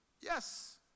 Yes